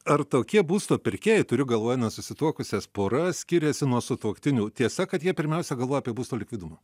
ar tokie būsto pirkėjai turiu galvoje nesusituokusias pora skiriasi nuo sutuoktinių tiesa kad jie pirmiausia galvoja apie būsto likvidumą